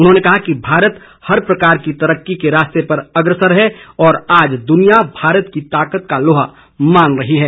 उन्होंने कहा कि भारत हर प्रकार की तरक्की के रास्ते पर अग्रसर है और दुनिया भारत की ताकत का लोहा मान रही है